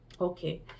okay